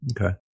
Okay